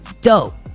dope